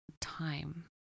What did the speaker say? time